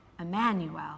Emmanuel